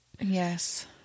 Yes